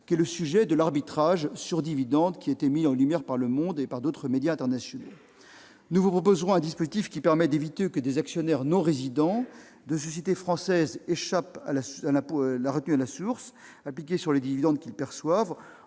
du sujet de l'arbitrage des dividendes, mis en lumière par le journal et d'autres médias internationaux. Nous vous proposerons un dispositif qui permet d'éviter que des actionnaires non résidents de sociétés françaises échappent à la retenue à la source qui doit être appliquée sur les dividendes qu'ils perçoivent,